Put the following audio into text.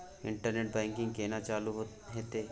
Internet banking केना चालू हेते?